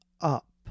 up